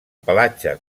pelatge